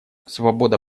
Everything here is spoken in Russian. свобода